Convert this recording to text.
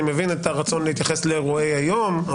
אני מבין את הרצון להתייחס לאירועי היום,